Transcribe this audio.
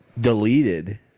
deleted